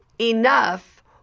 enough